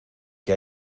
que